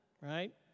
Right